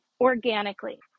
organically